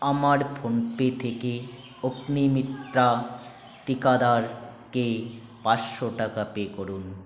আমার ফোনপে থেকে অগ্নিমিত্রা টীকাদারকে পাঁচশো টাকা পে করুন